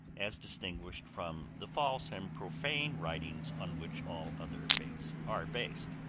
as distinguished from the false and profane writings on which all other faiths are based.